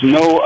no